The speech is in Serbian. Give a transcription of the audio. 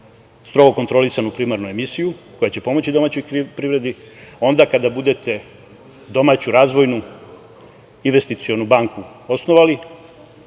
strogo kontrolisanu primarnu emisiju koja će pomoći domaćoj privredi, a onda kada budete domaću, razvojnu investicionu banku osnovali